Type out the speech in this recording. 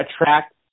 attract